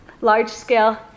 large-scale